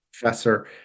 Professor